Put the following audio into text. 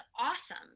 awesome